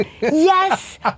yes